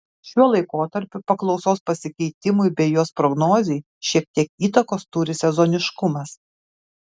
šiuo laikotarpiu paklausos pasikeitimui bei jos prognozei šiek tiek įtakos turi sezoniškumas